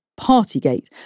Partygate